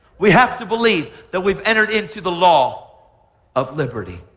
we have to believe that we've entered into the law of liberty.